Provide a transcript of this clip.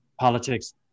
politics